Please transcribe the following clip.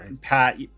pat